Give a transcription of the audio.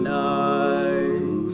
night